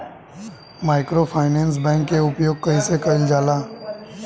Microfinance bank के उपयोग कइसे कइल जाला?